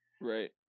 Right